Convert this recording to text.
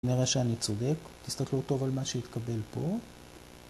נראה שאני צודק, תסתכלו טוב על מה שהתקבל פה.